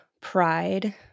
pride